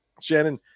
Shannon